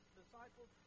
disciples